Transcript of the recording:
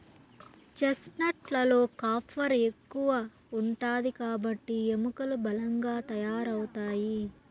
chestnut లలో copper ఎక్కువ ఉంటాది కాబట్టి ఎముకలు బలంగా తయారవుతాయి